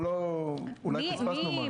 אולי פספסנו משהו.